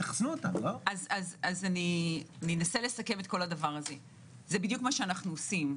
זה בדיוק מה שאנו עושים.